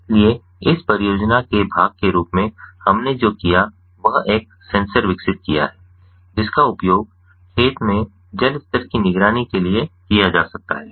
इसलिए इस परियोजना के भाग के रूप में हमने जो किया वह एक सेंसर विकसित किया है जिसका उपयोग खेत में जल स्तर की निगरानी के लिए किया जा सकता है